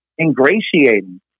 ingratiating